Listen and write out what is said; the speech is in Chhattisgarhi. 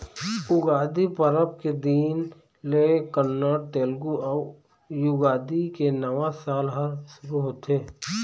उगादी परब के दिन ले कन्नड़, तेलगु अउ युगादी के नवा साल ह सुरू होथे